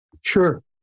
sure